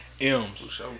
M's